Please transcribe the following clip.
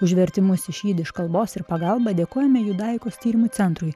už vertimus iš jidiš kalbos ir pagalbą dėkojame judaikos tyrimų centrui